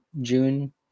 June